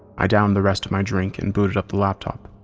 i downed the rest of my drink and booted up the laptop.